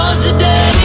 today